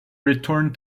returned